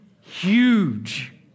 huge